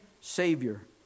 savior